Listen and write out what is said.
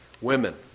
women